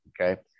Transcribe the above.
Okay